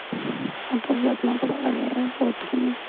সিহঁতক যত্ন ল'ব লাগে বহুতখিনি